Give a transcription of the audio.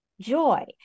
Joy